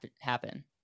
happen